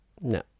No